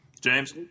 James